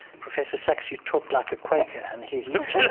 professor sacks, you talk like a quaker and he looked like